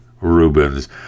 Rubens